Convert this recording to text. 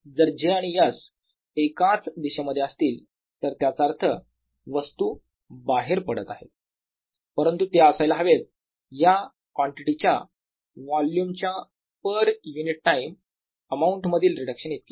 जर j आणि s एकाच दिशेमध्ये असतील तर त्याचा अर्थ वस्तू बाहेर पडत आहेत परंतु ते असायला हवेत या कॉन्टिटीच्या वोल्युमच्या पर युनिट टाईम अमाऊंट मधील रिडक्शन इतके